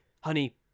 honey